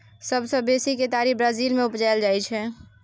सबसँ बेसी केतारी ब्राजील मे उपजाएल जाइ छै